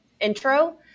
intro